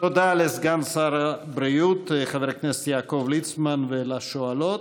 תודה לסגן שר הבריאות חבר הכנסת יעקב ליצמן ולשואלות.